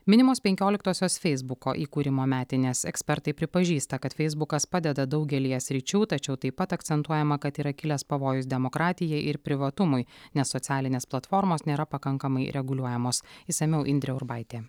minimos penkioliktosios feisbuko įkūrimo metinės ekspertai pripažįsta kad feisbukas padeda daugelyje sričių tačiau taip pat akcentuojama kad yra kilęs pavojus demokratijai ir privatumui nes socialinės platformos nėra pakankamai reguliuojamos išsamiau indrė urbaitė